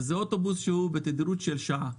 וזה אוטובוס שבא בתדירות של פעם בשעה.